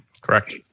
Correct